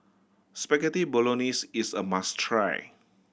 Spaghetti Bolognese is a must try